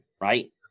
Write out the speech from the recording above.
right